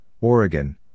Oregon